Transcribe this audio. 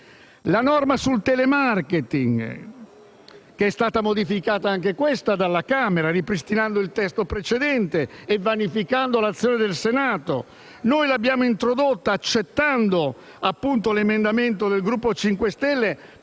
la norma sul *telemarketing*, modificata anche questa dalla Camera, ripristinando il testo precedente e vanificando l'azione del Senato. Noi l'abbiamo introdotta accettando un emendamento del Gruppo Movimento